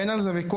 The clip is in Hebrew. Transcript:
אין על זה ויכוח.